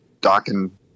docking